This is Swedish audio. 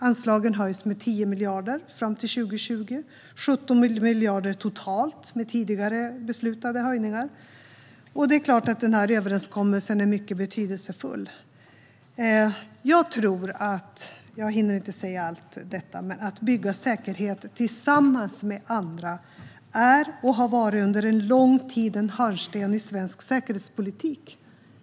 Anslagen höjs med 10 miljarder fram till 2020 och 17 miljarder totalt med tidigare beslutade höjningar. Det är klart att denna överenskommelse är mycket betydelsefull. Jag hinner inte säga allt, men att bygga säkerhet tillsammans med andra är och har under lång tid varit en hörnsten i svensk säkerhetspolitik.